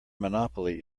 monopoly